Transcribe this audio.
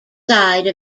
side